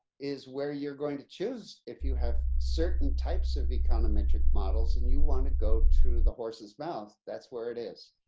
is where you're going to choose if you have certain types of econometric models and you want to go to the horse's mouth, that's where is.